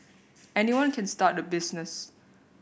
anyone can start a business